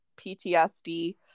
PTSD